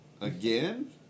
Again